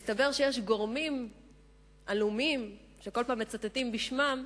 מסתבר שיש גורמים עלומים, שכל פעם מצטטים בשמם,